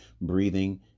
breathing